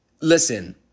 Listen